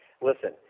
Listen